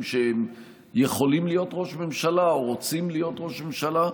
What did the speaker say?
שהם יכולים להיות ראש ממשלה או רוצים להיות ראש ממשלה.